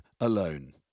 alone